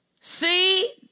see